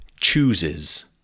chooses